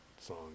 song